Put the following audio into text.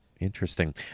Interesting